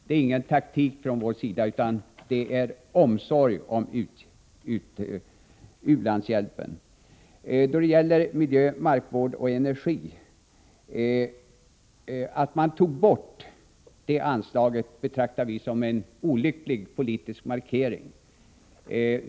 Det är ingen taktik från vår sida, utan det är uttryck för omsorg om u-landshjälpen. Att man tog bort anslaget när det gällde miljö, markvård och energi betraktar vi som en olycklig politisk markering.